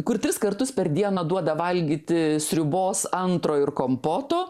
kur tris kartus per dieną duoda valgyti sriubos antro ir kompoto